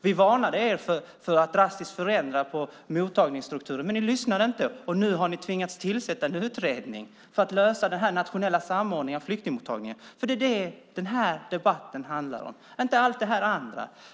Vi varnade er för att drastiskt förändra mottagningsstrukturen. Men ni lyssnade inte, och nu har ni tvingats tillsätta en utredning för att lösa frågan om den nationella samordningen av flyktingmottagningen. Det är det som denna debatt handlar om och inte om allt det andra.